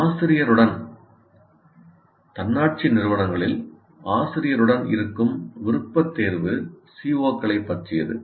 ஆசிரியருடன் தன்னாட்சி நிறுவனங்களில் இருக்கும் விருப்பத் தேர்வு CO களைப் பற்றியது